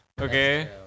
Okay